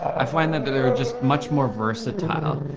i find that they're they're just much more versatile.